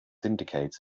indicate